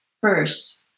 First